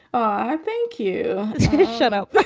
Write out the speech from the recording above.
ah thank you. it's good to shut up.